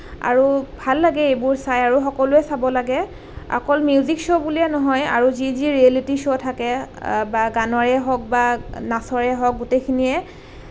আৰু ভাল লাগে এইবোৰ চাই আৰু সকলোৱে চাব লাগে অকল মিউজিক শ্ব' বুলিয়েই নহয় আৰু যি যি ৰিয়েলিটি শ্ব' থাকে বা গানৰেই হওঁক বা নাচৰেই হওঁক গোটেইখিনিয়ে